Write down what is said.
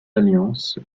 alliance